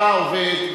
אתה עובד,